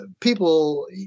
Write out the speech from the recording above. people